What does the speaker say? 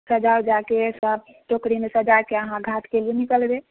सजा उजाके सभ टोकरीमे सजाके अहाँ घाटके लिए निकलबै